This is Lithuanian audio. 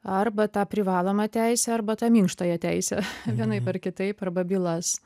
arba tą privalomą teisę arba tą minkštąją teisę vienaip ar kitaip arba bylas